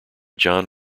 john